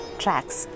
tracks